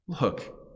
Look